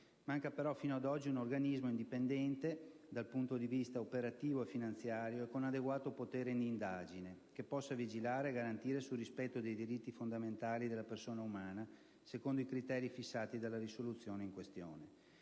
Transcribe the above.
Manca però fino ad oggi un organismo, indipendente dal punto di vista operativo e finanziario e con adeguato potere d'indagine, che possa vigilare e garantire sul rispetto dei diritti fondamentali della persona umana secondo i criteri fissati dalla risoluzione in questione.